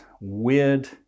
weird